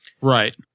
Right